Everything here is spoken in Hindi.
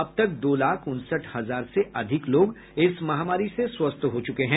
अब तक दो लाख उनसठ हजार से अधिक लोग इस महामारी से स्वस्थ हो चुके हैं